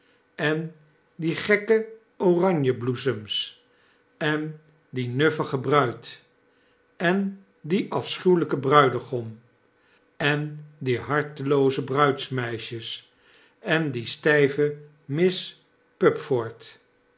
en die gekkeoranjebloesems en die nuffige bruid en dien afschuwelpen bruidegom en diehartelooze bruidsmeisjes en die stgve miss